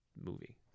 movie